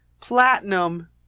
platinum